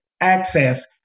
access